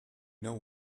know